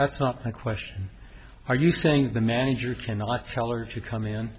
that's not a question are you saying the manager cannot sell or to come in